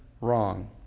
wrong